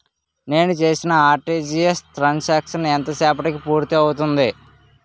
నేను చేసిన RTGS transaction ఎంత సేపటికి పూర్తి అవుతుంది?